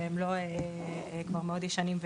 הם לא מאוד ישנים,